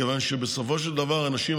כיוון שבסופו של דבר אנשים,